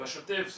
זה